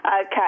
Okay